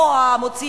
במקום